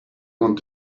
want